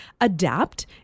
adapt